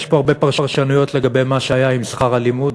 יש פה הרבה פרשנויות לגבי מה שהיה עם שכר הלימוד,